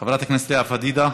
חברת הכנסת לאה פדידה.